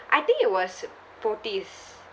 I think it was Pothy's